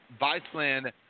Viceland